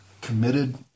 committed